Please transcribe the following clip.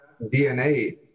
DNA